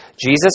Jesus